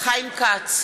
חיים כץ,